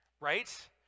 Right